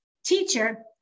teacher